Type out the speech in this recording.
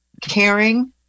caring